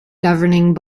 governing